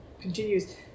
continues